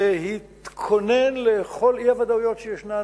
להתכונן לכל אי-הוודאויות שישנן,